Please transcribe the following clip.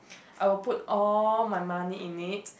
I will put all my money in it